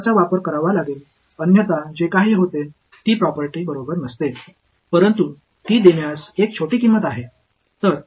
வேர்களை நீங்கள் பயன்படுத்த வேண்டும் இல்லை எனில் இந்த பொருளில் என்ன நடக்கிறது என்பது உண்மை இல்லை இந்த சொத்து உண்மையானதாக இல்லை ஆனால் அது செலுத்த வேண்டிய சிறிய விலை